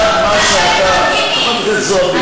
בכל אחד שירצה לפגוע,